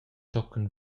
tochen